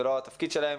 זה לא התפקיד שלהם.